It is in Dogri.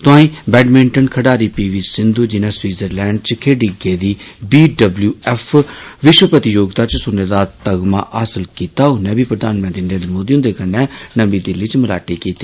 तोआई बैडमिंटन खंडारी पी वी सिन्धू जिनें स्वीजरतैंड च खेड़ी गेदी बी डब्लयू एफ 'विश्व प्रतियोगिता च सुन्ने दा तगमा हासिल कीता उनें बी प्रधानमंत्री नरेन्द्र मोदी हुन्दे कन्नै नमी दिल्ली च मलाटी कीती